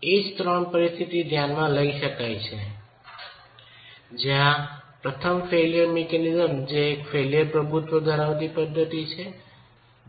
એ જ ત્રણ પરિસ્થિતિઓને ધ્યાનમાં લઈ શકાય છે જ્યાં પ્રથમ ફેઇલ્યર મિકેનિઝમ જે એક ફ્લેક્ચરલ પ્રભુત્વ ધરાવતી પદ્ધતિ છે